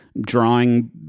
drawing